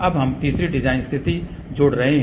अब हम तीसरी डिज़ाइन स्थिति जोड़ रहे हैं